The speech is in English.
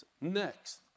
Next